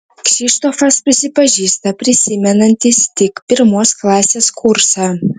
kšištofas prisipažįsta prisimenantis tik pirmos klasės kursą